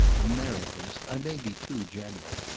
americans, i may be too general.